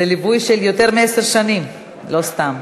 זה ליווי של יותר מעשר שנים, לא סתם.